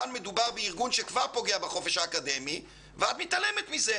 כאן מדובר בארגון שכבר פוגע בחופש האקדמי ואת מתעלמת מזה.